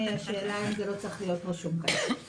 השאלה אם זה לא צריך להיות רשום כאן.